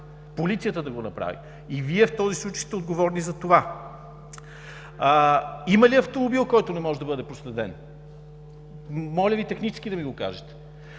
полицията да го направи! И Вие в този случай сте отговорни за това. Има ли автомобил, който не може да бъде проследен? Моля Ви, технически да ми го кажете.